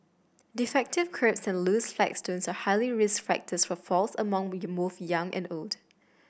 defective kerbs and loose flagstones are highly risk factors for falls among both young and old